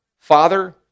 Father